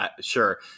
Sure